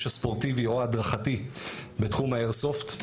הספורטיבי או ההדרכתי בתחום האיירסופט,